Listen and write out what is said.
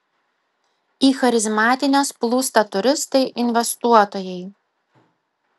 į charizmatines plūsta turistai investuotojai